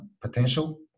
potential